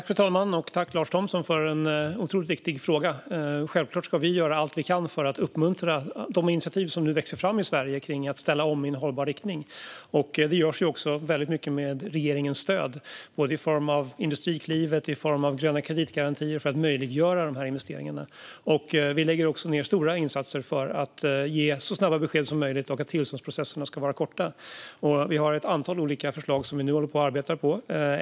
Fru talman! Tack, Lars Thomsson, för en otroligt viktig fråga! Självklart ska vi göra allt vi kan för att uppmuntra de initiativ som nu växer fram i Sverige när det gäller att ställa om i en hållbar riktning. Det görs också väldigt mycket med regeringens stöd, i form av både Industriklivet och gröna kreditgarantier, för att möjliggöra dessa investeringar. Vi gör också stora insatser för att ge så snabba besked som möjligt och för att tillståndsprocesserna ska vara korta. Vi har ett antal olika förslag som vi nu arbetar på.